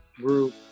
group